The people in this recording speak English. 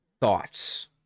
thoughts